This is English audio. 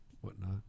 whatnot